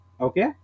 Okay